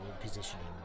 Positioning